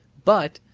but,